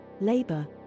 labor